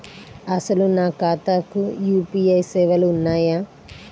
అసలు నా ఖాతాకు యూ.పీ.ఐ సేవలు ఉన్నాయా?